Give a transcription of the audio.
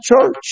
church